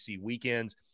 weekends